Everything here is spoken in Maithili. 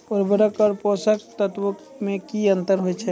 उर्वरक आर पोसक तत्व मे की अन्तर छै?